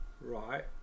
right